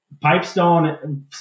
Pipestone